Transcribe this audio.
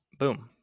Boom